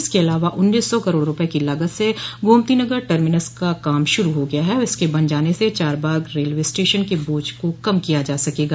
इसके अलावा उन्नीस सौ करोड़ रूपये की लागत से गोमतीनगर टर्मिनस का काम शुरू हो गया है और इसके बन जाने से चारबाग रेलवे स्टेशन के बोझ को कम किया जा सकेगा